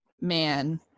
man